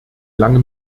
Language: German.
lange